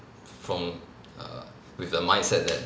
from err with a mindset that